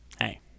Hey